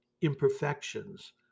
imperfections